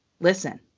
listen